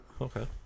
Okay